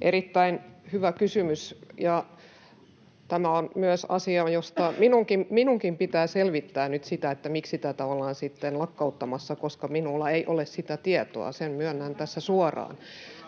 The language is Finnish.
Erittäin hyvä kysymys, ja tämä on myös asia, jossa minunkin pitää selvittää nyt sitä, miksi tätä ollaan lakkauttamassa, koska minulla ei ole sitä tietoa. Sen myönnän tässä suoraan.